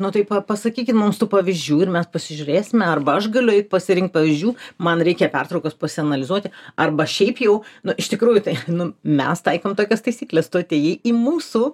nu tai pa pasakykit mums tų pavyzdžių ir mes pasižiūrėsime arba aš galiu pasirinkt pavyzdžių man reikia pertraukos pasianalizuoti arba šiaip jau nu iš tikrųjų tai nu mes taikom tokias taisykles tu atėjai į mūsų